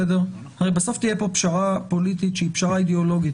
הרי פה בסוף תהיה פשרה פוליטית שהיא פשרה אידיאולוגית.